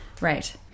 right